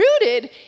rooted